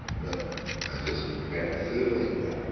but i just had a feeling that,